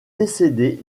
décédé